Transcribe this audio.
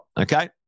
Okay